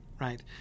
right